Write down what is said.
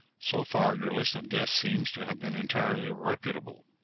so far, your list of guests seems to have been entirely reputable.